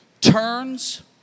turns